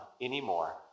anymore